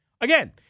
Again